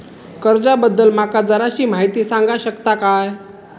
कर्जा बद्दल माका जराशी माहिती सांगा शकता काय?